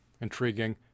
intriguing